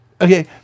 Okay